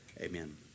Amen